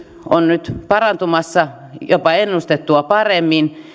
on nyt parantumassa jopa ennustettua paremmin